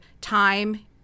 time